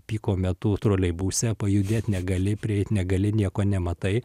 piko metu troleibuse pajudėt negali prieit negali nieko nematai